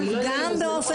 אני לא יודעת,